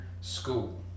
School